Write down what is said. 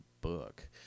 book